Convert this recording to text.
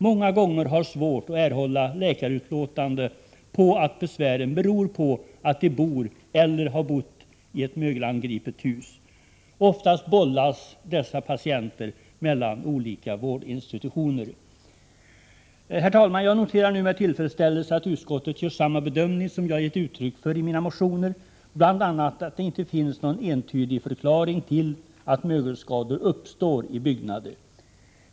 många gånger har svårt att erhålla läkarutlåtande på att besvären beror på att de bor eller har bott i ett mögelangripet hus. Oftast bollas dessa människor mellan olika vårdinstitutioner. Herr talman! Jag noterar med tillfredsställelse att utskottet gör samma bedömning som jag har gett uttryck för i mina motioner. Bl. a. finns det ingen entydig förklaring till att mögelskador uppstår i byggnader.